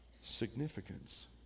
significance